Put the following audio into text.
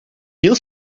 yıl